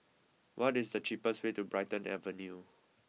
what is the cheapest way to Brighton Avenue